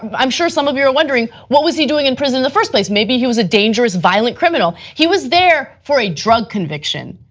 i'm sure some of you are wondering what was he doing in prison in the first place? maybe he was a dangerous violent criminal. he was there for a drug conviction.